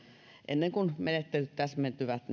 ennen kuin menettelyt täsmentyvät